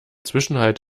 zwischenhalt